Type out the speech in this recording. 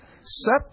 set